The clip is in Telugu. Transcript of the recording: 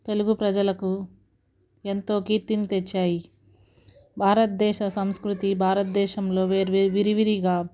తెలుగు ప్రజలకు ఎంతో కీర్తిని తెచ్చాయి భారతదేశ సంస్కృతి భారతదేశంలో వేరు వేరు విరివిరిగా